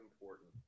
important